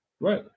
Right